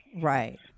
Right